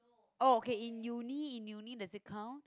oh okay in uni in uni does it count